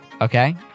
okay